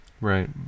Right